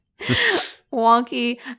wonky